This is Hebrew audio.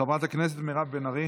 חברת הכנסת מירב בן ארי.